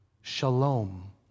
Shalom